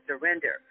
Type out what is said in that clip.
surrender